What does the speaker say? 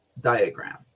diagram